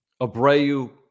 Abreu